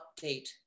update